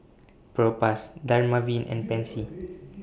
Propass Dermaveen and Pansy